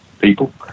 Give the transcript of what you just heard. people